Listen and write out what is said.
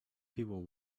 people